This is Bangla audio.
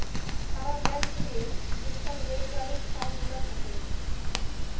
সারা দ্যাশ জুইড়ে যে ছব রেল গাড়ির কাজ গুলা থ্যাকে